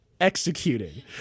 executed